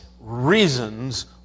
reasons